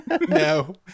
No